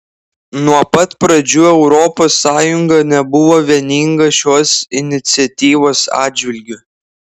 nuo pat pradžių europos sąjunga nebuvo vieninga šios iniciatyvos atžvilgiu